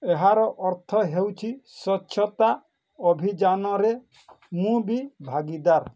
ଏହାର ଅର୍ଥ ହେଉଛି ସ୍ୱଚ୍ଛତା ଅଭିଯାନରେ ମୁଁ ବି ଭାଗୀଦାର